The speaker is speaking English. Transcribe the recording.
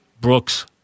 Brooks